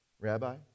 Rabbi